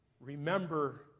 remember